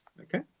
Okay